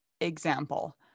example